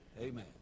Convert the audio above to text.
Amen